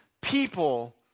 people